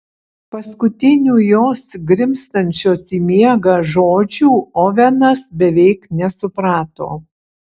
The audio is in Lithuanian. paskutinių jos grimztančios į miegą žodžių ovenas beveik nesuprato